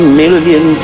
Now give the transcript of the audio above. million